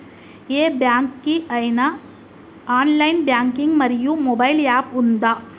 ఏ bank కి ఐనా online banking మరియు మొబైల్ యాప్ ఉందా?